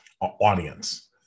audience